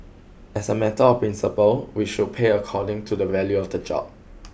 as a matter of principle we should pay according to the value of the job